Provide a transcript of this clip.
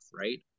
right